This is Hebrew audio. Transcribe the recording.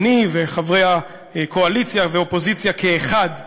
אני, וחברי האופוזיציה והקואליציה כאחד,